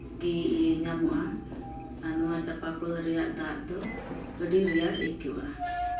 ᱜᱮ ᱧᱟᱢᱚᱜᱼᱟ ᱟᱨ ᱱᱚᱣᱟ ᱪᱟᱸᱯᱟ ᱠᱚᱞ ᱨᱮᱭᱟᱜ ᱫᱟᱜ ᱫᱚ ᱟᱹᱰᱤ ᱨᱮᱭᱟᱲ ᱟᱹᱭᱠᱟᱹᱜᱼᱟ